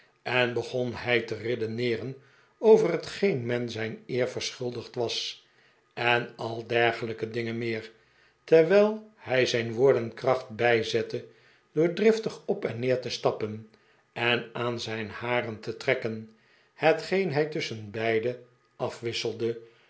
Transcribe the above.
en begon hij te redeneeren over hetgeen men zijn eer verschuldigd was en al dergelijke dingen meer terwijl hij zijn woorden kracht bijzette door driftig op en neer te stappen en aan zijn haren te trekken hetgeen hij tusschenbeide afwisselde